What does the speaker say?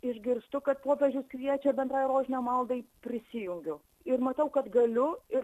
išgirstu kad popiežius kviečia bendrai rožinio maldai prisijungiu ir matau kad galiu ir